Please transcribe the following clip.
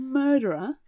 murderer